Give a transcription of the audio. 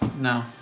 No